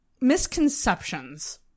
misconceptions